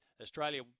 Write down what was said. Australia